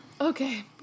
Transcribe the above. Okay